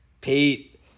Pete